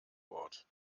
wort